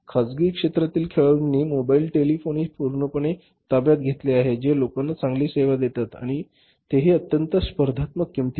खासगी क्षेत्रातील खेळाडूंनी मोबाइल टेलिफोनी पूर्णपणे ताब्यात घेतले आहे जे लोकांना चांगली सेवा देतात आणि तेही अत्यंत स्पर्धात्मक किंमतींवर